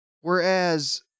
Whereas